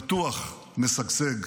בטוח, משגשג.